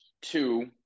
Two